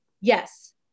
Yes